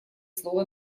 слово